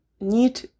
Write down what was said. need